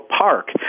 Park